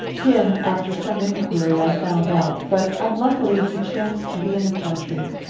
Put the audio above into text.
him, after some inquiry, i found out, but unluckily he chanced to be in the country.